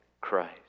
Christ